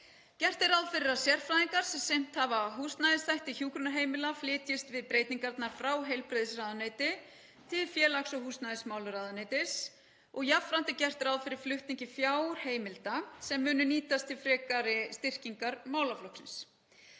Gert er ráð fyrir að sérfræðingar sem sinnt hafa húsnæðisþætti hjúkrunarheimila flytjist við breytingarnar frá heilbrigðisráðuneyti til félags- og húsnæðismálaráðuneytis og jafnframt er gert ráð fyrir flutningi fjárheimilda sem munu nýtast til frekari styrkingar málaflokksins.